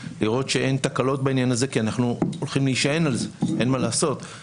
לראות שאין תקלות בעניין הזה כי אנחנו הולכים להישען על זה אחרי